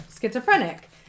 schizophrenic